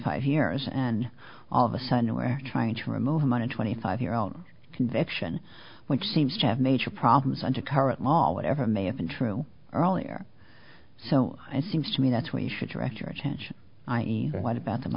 five years and all of a sudden we're trying to remove him on a twenty five year old conviction which seems to have major problems under current law whatever may have been true earlier so it seems to me that's where you should direct your attention i e what about the